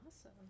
Awesome